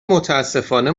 متأسفانه